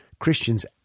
Christians